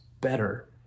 better